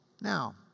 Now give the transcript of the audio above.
Now